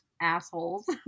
assholes